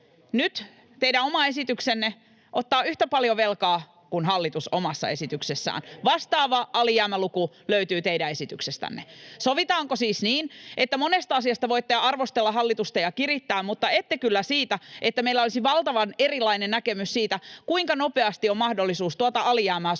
Nyt teidän oma esityksenne ottaa yhtä paljon velkaa kuin hallitus omassa esityksessään. Vastaava alijäämäluku löytyy teidän esityksestänne. Sovitaanko siis niin, että monesta asiasta voitte arvostella hallitusta ja kirittää, mutta ette kyllä siitä, että meillä olisi valtavan erilainen näkemys siitä, kuinka nopeasti on mahdollisuus tuota alijäämää sulattaa